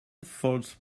false